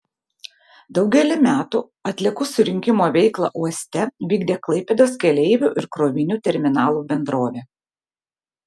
daugelį metų atliekų surinkimo veiklą uoste vykdė klaipėdos keleivių ir krovinių terminalo bendrovė